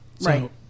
Right